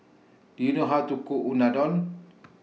Do YOU know How to Cook Unadon